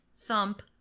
thump